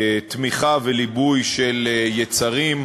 תמיכה וליבוי של יצרים,